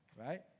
right